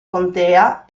contea